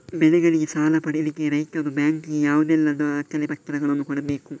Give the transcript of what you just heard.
ಬೆಳೆಗಳಿಗೆ ಸಾಲ ಪಡಿಲಿಕ್ಕೆ ರೈತರು ಬ್ಯಾಂಕ್ ಗೆ ಯಾವುದೆಲ್ಲ ದಾಖಲೆಪತ್ರಗಳನ್ನು ಕೊಡ್ಬೇಕು?